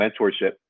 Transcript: mentorship